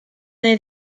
neu